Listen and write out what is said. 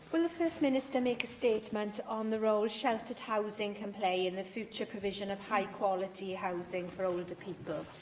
will the first minister make a statement on the role that sheltered housing can play in the future provision of high-quality housing for older people?